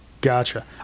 Gotcha